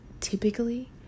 typically